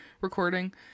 recording